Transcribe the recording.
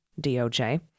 DOJ